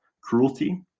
cruelty